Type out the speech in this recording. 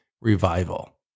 revival